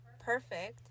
perfect